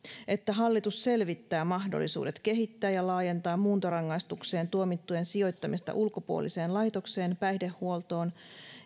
että hallitus selvittää mahdollisuudet kehittää ja laajentaa muuntorangaistukseen tuomittujen sijoittamista ulkopuoliseen laitokseen päihdehuoltoon